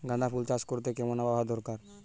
গাঁদাফুল চাষ করতে কেমন আবহাওয়া দরকার?